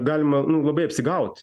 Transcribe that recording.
galima nu labai aspigaut